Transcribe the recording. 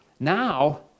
Now